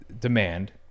demand